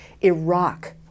iraq